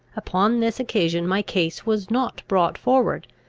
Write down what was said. upon this occasion my case was not brought forward,